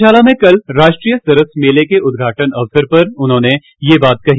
घर्मशाला में कल राष्ट्रीय सरस मेले के उदघाटन अवसर पर उन्होंने यह बात कही